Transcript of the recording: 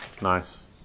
nice